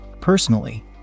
Personally